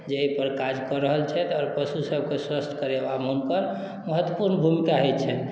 जे एहि पर काज कऽ रहल छथि आओर पशुसभकेँ स्वस्थ करेबामे हुनकर महत्वपूर्ण भूमिका होइत छनि